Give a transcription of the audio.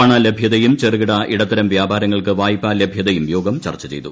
പണലഭൃതയും ചെറുകിട ഇടത്തരം വ്യാപാരിങ്ങൾക്ക് വായ്പാലഭൃതയും യോഗം ചർച്ച ചെയ്തു